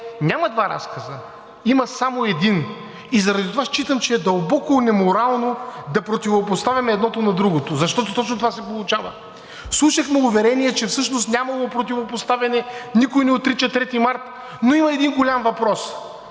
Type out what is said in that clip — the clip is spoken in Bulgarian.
Няма два разказа – има само един и затова считам, че е дълбоко неморално да противопоставяме едното на другото, защото точно това се получава. Слушахме уверение, че всъщност нямало противопоставяне, никой не отрича 3 март, но има един голям въпрос.